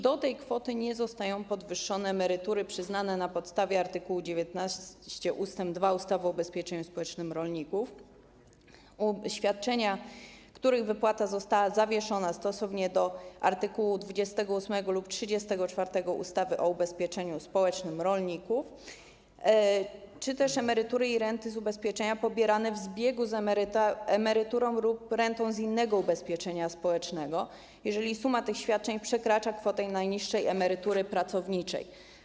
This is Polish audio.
Do tej kwoty nie zostają podwyższone emerytury przyznane na podstawie art. 19 ust. 2 ustawy o ubezpieczeniu społecznym rolników, świadczenia, których wypłata została zawieszona stosownie do art. 28 lub art. 34 ustawy o ubezpieczeniu społecznym rolników, czy też emerytury i renty z ubezpieczenia pobierane w zbiegu z emeryturą lub rentą z innego ubezpieczenia społecznego, jeżeli suma tych świadczeń przekracza kwotę najniższej emerytury pracowniczej.